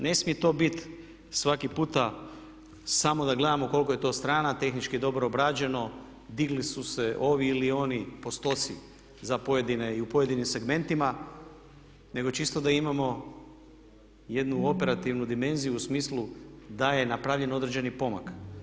Ne smije to biti svaki puta samo da gledamo koliko je to strana, tehnički dobro obrađeno, digli su se ovi ili oni postoci za pojedine i u pojedinim segmentima nego čisto da imamo jednu operativnu dimenziju u smislu da je napravljen određeni korak.